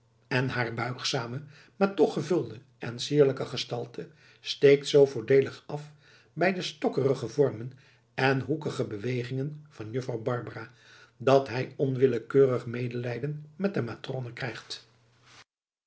en haar buigzame maar toch gevulde en sierlijke gestalte steekt zoo voordeelig af bij de stokkerige vormen en hoekige bewegingen van juffrouw barbara dat hij onwillekeurig medelijden met de matrone krijgt